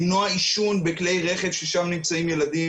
למנוע עישון בכלי רכב בו נמצאים ילדים